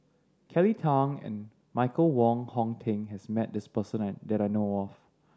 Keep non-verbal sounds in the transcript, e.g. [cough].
Kelly Tang and Michael Wong Hong Teng has met this person [unintelligible] that I know of